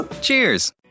Cheers